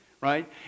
right